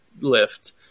lift